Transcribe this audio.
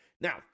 now